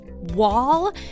Wall